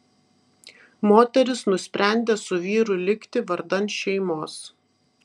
moteris nusprendė su vyru likti vardan šeimos